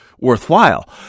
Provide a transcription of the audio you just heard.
worthwhile